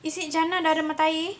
is it jannah dari mata air